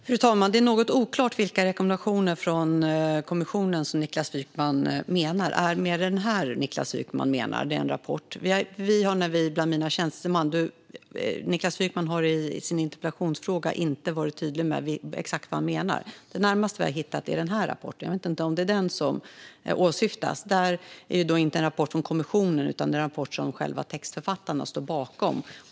Fru talman! Det är något oklart vilka rekommendationer från kommissionen som Niklas Wykman menar. Är det den rapport som jag håller i? Niklas Wykman har i sin interpellationsfråga inte varit tydlig med exakt vad han menar. Det närmaste vi har hittat är denna rapport, men jag vet inte om det är den som åsyftas. Det är inte en rapport från kommissionen utan en rapport som textförfattarna själva står bakom.